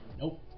Nope